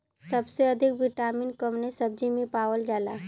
सबसे अधिक विटामिन कवने सब्जी में पावल जाला?